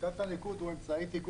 אני ראש